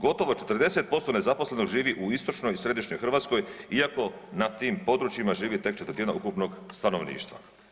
Gotovo 40% nezaposlenih živi u istočnoj i središnjoj Hrvatskoj iako na tim područjima živi tek 1/4 ukupnog stanovništva.